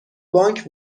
بانک